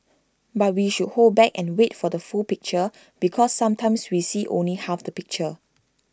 but we should hold back and wait for the full picture because sometimes we see only half the picture